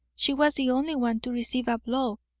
she was the only one to receive a blow.